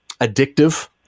addictive